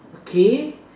okay